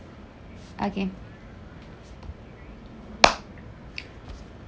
okay